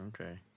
Okay